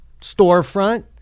storefront